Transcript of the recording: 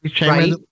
right